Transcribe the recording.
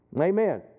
Amen